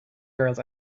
girls